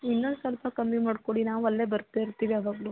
ಇನ್ನೊಂದು ಸ್ವಲ್ಪ ಕಮ್ಮಿ ಮಾಡ್ಕೊಡಿ ನಾವು ಅಲ್ಲೇ ಬರ್ತಾ ಇರ್ತೀವಿ ಯಾವಾಗ್ಲೂ